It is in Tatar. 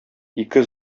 ике